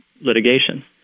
litigation